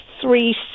three